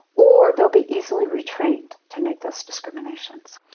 or they'll be easily retrained to make those discriminations.